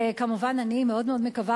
וכמובן אני מאוד מאוד מקווה,